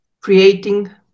creating